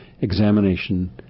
examination